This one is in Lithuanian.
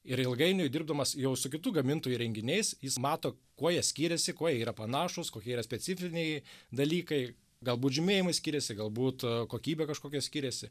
ir ilgainiui dirbdamas jau su kitų gamintojų įrenginiais jis mato kuo jie skyrėsi kuo jie yra panašūs kokie yra specifiniai dalykai galbūt žymėjimai skiriasi galbūt kokybė kažkokia skiriasi